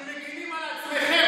אתם מגינים על עצמכם,